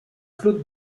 claude